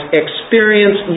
experience